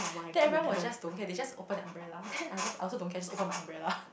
then everyone was just don't care they just open their umbrella then I just I also don't care I just open my umbrella